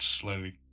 slowly